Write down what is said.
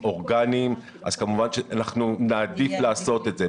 אורגניים אז כמובן שנעדיף לעשות את זה.